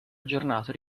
aggiornato